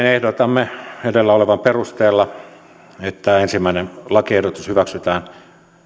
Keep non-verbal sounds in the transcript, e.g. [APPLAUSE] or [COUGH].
[UNINTELLIGIBLE] ehdotamme edellä olevan perusteella että ensimmäinen lakiehdotus hyväksytään